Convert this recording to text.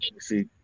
See